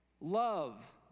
Love